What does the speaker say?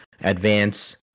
advance